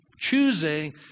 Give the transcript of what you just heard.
choosing